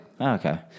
Okay